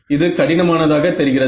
இது கடினமானதாக தெரிகிறது